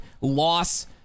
loss